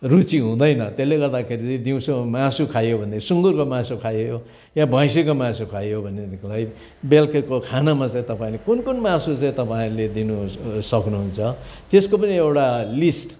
रुचि हुँदैन त्यसले गर्दाखेरि चाहिँ दिउँसो मासु खाइयो भनेदेखि सुङ्गुरको मासु खायो या भैँसीको मासु खायो भनेदेखिलाई बेलुकाको खानामा चाहिँ तपाईँले कुन कुन मासु चाहिँ तपाईँहरूले दिनु सक्नुहुन्छ त्यसको पनि एउटा लिस्ट